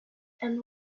and